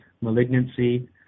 malignancy